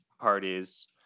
parties